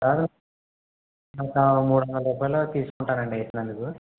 ఒక మూడొందల రూపాయలు తీసుకుంటానండి చేసినందుకు